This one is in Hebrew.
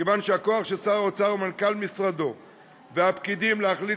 כיוון שהכוח של שר האוצר ומנכ"ל משרדו והפקידים להחליט